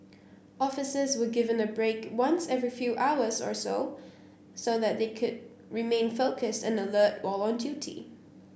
officers were given a break once every few hours or so so that they could remain focused and alert when on duty